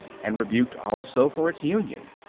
and rebuked also for its union,